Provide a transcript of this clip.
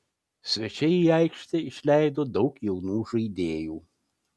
svečiai į aikštę išleido daug jaunų žaidėjų